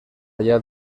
allá